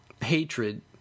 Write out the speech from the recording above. hatred